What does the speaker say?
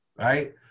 right